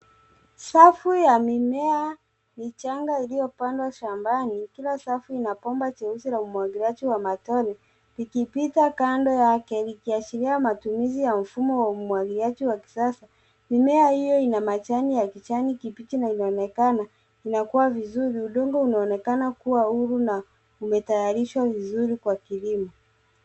Safu ya mimea ni changa iliyopandwa shambani. Kila safu ina bomba jeusi la umwagiliaji wa matone likipita kando yake, likiashiria matumizi ya mfumo wa umwagiliaji wa kisasa. Mimea hio ina majani ya kijani kibichi na inaonekana inakua vizuri. Udongo unaonekana kuwa huru na umetayarishwa vizuri kwa kilimo.